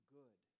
good